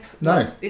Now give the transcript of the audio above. no